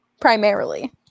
primarily